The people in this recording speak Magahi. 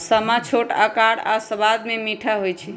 समा छोट अकार आऽ सबाद में मीठ होइ छइ